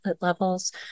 levels